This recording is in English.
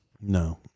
No